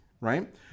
right